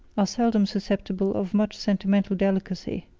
are seldom susceptible of much sentimental delicacy.